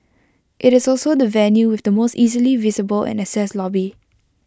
IT is also the venue with the most easily visible and accessed lobby